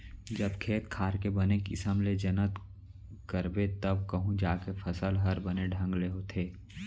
जब खेत खार के बने किसम ले जनत करबे तव कहूं जाके फसल हर बने ढंग ले होथे